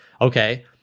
Okay